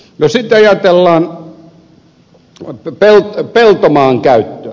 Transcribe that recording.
jos sitten ajatellaan peltomaan käyttöä